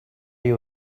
you